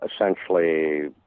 essentially